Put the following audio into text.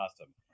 awesome